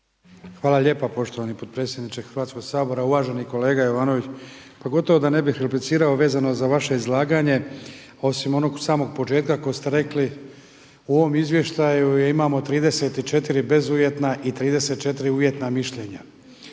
Hvala lijepa poštovani potpredsjedniče Hrvatskog sabora. Uvaženi kolega Jovanović pa gotovo da ne bih replicirao vezano za vaše izlaganje osim onog samog početka kad ste rekli u ovom izvještaju imamo 34 bezuvjetna i 34 uvjetna mišljenja.